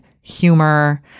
humor